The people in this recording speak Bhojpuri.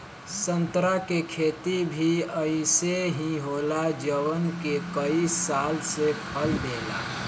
संतरा के खेती भी अइसे ही होला जवन के कई साल से फल देला